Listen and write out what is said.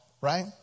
right